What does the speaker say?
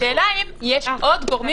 השאלה אם יש עוד גורמים